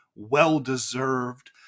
well-deserved